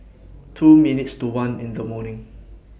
two minutes to one in The morning